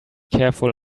careful